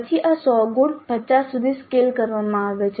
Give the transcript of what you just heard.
પછી આ 100 ગુણ 50 સુધી સ્કેલ કરવામાં આવશે